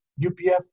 UPF